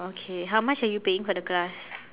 okay how much are you paying for the class